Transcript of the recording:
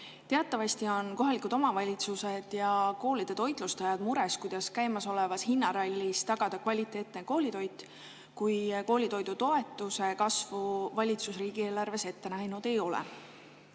Teatavasti on kohalikud omavalitsused ja koolide toitlustajad mures, kuidas käimasolevas hinnarallis tagada kvaliteetne koolitoit, kui koolitoidutoetuse kasvu valitsus riigieelarves ette näinud ei ole.